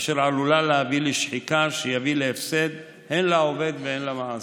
אשר עלולה להביא לשחיקה שתביא להפסד הן לעובד והן למעסיק.